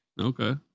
Okay